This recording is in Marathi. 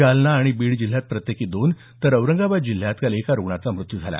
जालना आणि बीड जिल्ह्यात प्रत्येकी दोन तर औरंगाबाद जिल्ह्यात काल एका रुग्णाचा मृत्यू झाला